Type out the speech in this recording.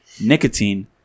Nicotine